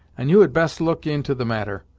and you had best look into the matter!